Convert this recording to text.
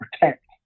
protect